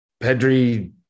Pedri